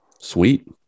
Sweet